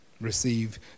Receive